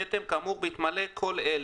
אנחנו לא מקיימים דיון אבל אמרתי אני אתן